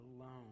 alone